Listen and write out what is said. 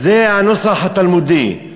זה הנוסח התלמודי,